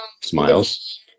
smiles